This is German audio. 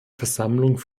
versammlung